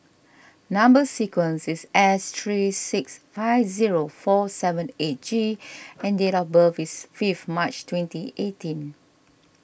Number Sequence is S three six five zero four seven eight G and date of birth is fifth March twenty eighteen